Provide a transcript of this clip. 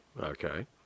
okay